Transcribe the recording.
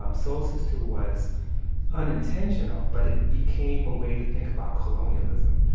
um soul sister was unintentional, but it became a way to think about colonialism.